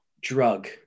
drug